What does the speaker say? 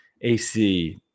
AC